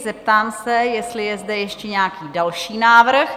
Zeptám se, jestli je zde ještě nějaký další návrh?